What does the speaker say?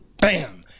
bam